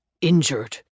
injured